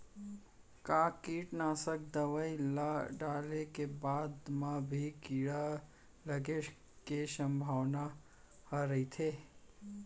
का कीटनाशक दवई ल डाले के बाद म भी कीड़ा लगे के संभावना ह रइथे?